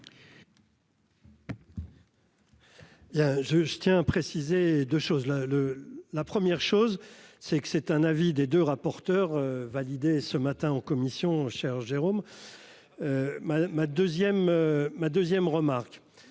je tiens à préciser 2 choses : le la première chose, c'est que c'est un avis des 2 rapporteurs validé ce matin en commission cher Jérôme ma ma 2ème ma 2ème remarque